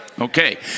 Okay